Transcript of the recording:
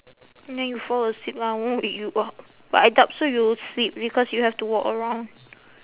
then you fall asleep lah I won't wake you up but I doubt so you'll sleep because you have to walk around